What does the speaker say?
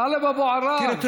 טלב אבו עראר,